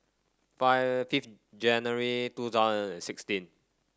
fire fifth January two thousand and sixteen